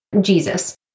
Jesus